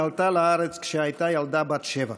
ועלתה לארץ כשהייתה ילדה בת שבע.